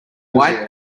white